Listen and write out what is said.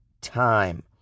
time